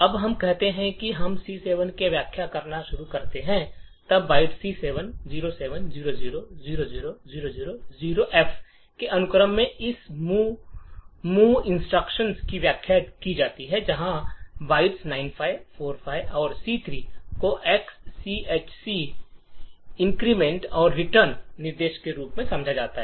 अब हम कहते हैं कि हम C7 से व्याख्या करना शुरू करते हैं तब बाइट C7 07 00 00 00 0F के अनुक्रम को इस मूव इंस्ट्रक्शन की व्याख्या की जाती है जबकि बाइट्स 95 45 और C3 को XCHC इंक्रीमेंट और रिटर्न निर्देश के रूप में समझा जाता है